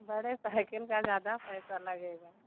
बड़े साइकिल का ज़्यादा पैसा लगेगा